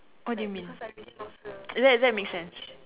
what do you mean that that makes sense